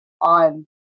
on